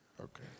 Okay